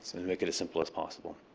and make it as simple as possible.